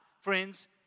friends